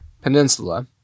Peninsula